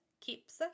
keeps